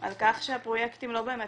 על כך שהפרויקטים לא באמת